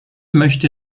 möchte